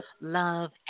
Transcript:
love